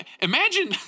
imagine